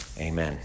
Amen